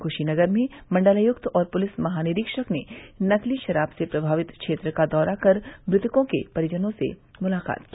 क्शीनगर में मंडलायक्त और पुलिस महानिरीक्षक ने नकली शराब से प्रभावित क्षेत्र का दौरा कर मृतकों के परिजनों से मुलाकात की